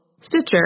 Stitcher